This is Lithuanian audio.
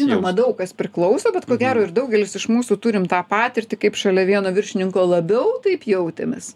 žinoma daug kas priklauso bet ko gero ir daugelis iš mūsų turim tą patirtį kaip šalia vieno viršininko labiau taip jautėmės